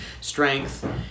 strength